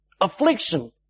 Affliction